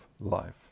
life